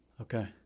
Okay